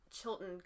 Chilton